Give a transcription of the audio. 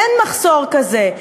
אין מחסור כזה,